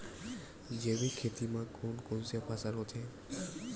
जैविक खेती म कोन कोन से फसल होथे?